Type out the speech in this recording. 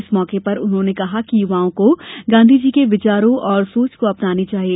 इस मौके पर उन्होंने कहा कि युवाओं को गांधी जी के विचारों और सोच को अपनना चाहिए